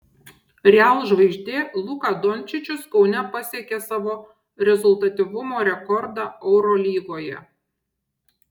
real žvaigždė luka dončičius kaune pasiekė savo rezultatyvumo rekordą eurolygoje